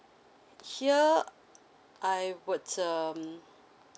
here I would um